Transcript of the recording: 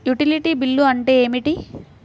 Utility bill అంటే ఏమిటి?